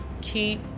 keep